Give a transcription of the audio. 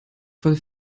voll